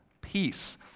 peace